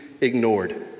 ignored